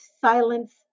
silence